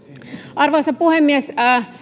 arvoisa puhemies